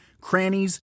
crannies